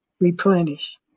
replenish